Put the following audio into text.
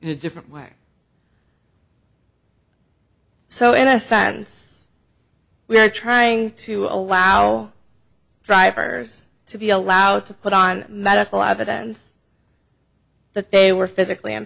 a different way so in a sense we are trying to allow drivers to be allowed to put on medical evidence that they were physically